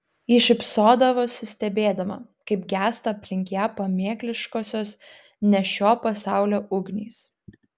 ji šypsodavosi stebėdama kaip gęsta aplink ją pamėkliškosios ne šio pasaulio ugnys